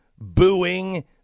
booing